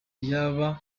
kuba